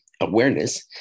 awareness